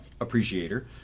appreciator